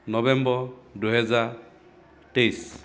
নৱেম্বৰ দুহেজাৰ তেইছ